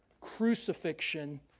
crucifixion